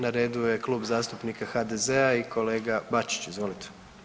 Na redu je Klub zastupnika HDZ-a i kolega Bačić, izvolite.